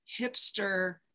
hipster